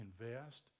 invest